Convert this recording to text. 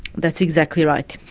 that's exactly right.